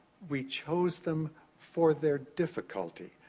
we chose them for their difficulty.